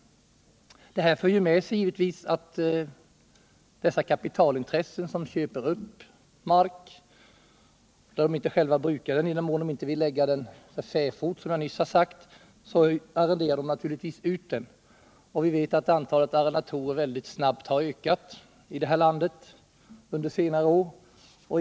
De kapitalintressen som köper upp mark, som inte själva vill bruka den och som inte heller vill lägga den för fäfot, arrenderar naturligtvis ut den. Antalet arrendatorer här i landet har ökat mycket snabbt under senare år.